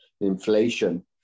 inflation